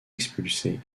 expulsés